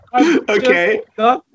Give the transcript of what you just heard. okay